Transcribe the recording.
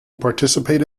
participate